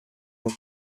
for